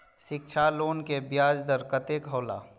शिक्षा लोन के ब्याज दर कतेक हौला?